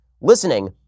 listening